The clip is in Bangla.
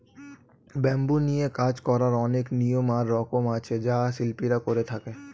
ব্যাম্বু নিয়ে কাজ করার অনেক নিয়ম আর রকম আছে যা শিল্পীরা করে থাকে